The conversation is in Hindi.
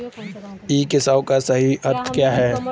ई कॉमर्स का सही अर्थ क्या है?